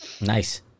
Nice